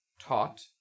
taught